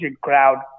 crowd